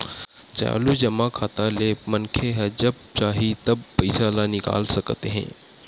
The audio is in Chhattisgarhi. चालू जमा खाता ले मनखे ह जब चाही तब पइसा ल निकाल सकत हे